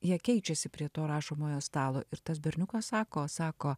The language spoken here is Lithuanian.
jie keičiasi prie to rašomojo stalo ir tas berniukas sako sako